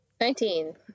Nineteen